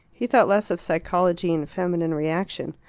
he thought less of psychology and feminine reaction.